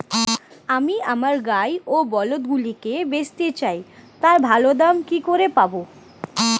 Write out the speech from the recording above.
আমি আমার গাই ও বলদগুলিকে বেঁচতে চাই, তার ভালো দাম কি করে পাবো?